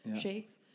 shakes